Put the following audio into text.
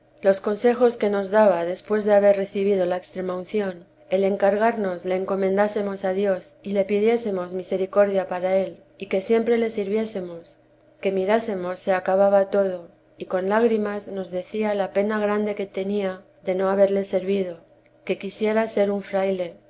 los consejos que nos daba teresa de jestjs después de haber recibido la extremaunción el encargarnos le encomendásemos a dios y le pidiésemos misericordia para él y que siempre le sirviésemos que mirásemos se acababa todo y con lágrimas nos decía la pena grande que tenía de no haberle servido que quisiera ser un fraile